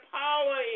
power